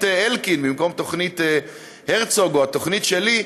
אלקין במקום תוכנית הרצוג או התוכנית שלי,